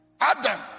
Adam